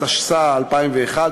התשס"א 2001,